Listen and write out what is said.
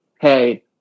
hey